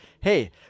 hey